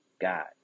God